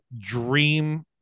dream